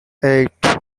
eight